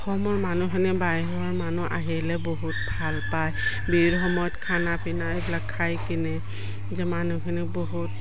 অসমৰ মানুহখিনে বাহিৰৰৰ মানুহ আহিলে বহুত ভাল পায় বিহুৰ সময়ত খানা পিনা এইবিলাক খাই কিনে যে মানুহখিনি বহুত